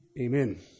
Amen